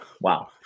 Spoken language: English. Wow